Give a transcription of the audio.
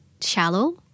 shallow